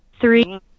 three